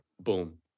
Boom